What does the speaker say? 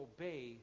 obey